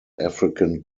african